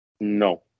No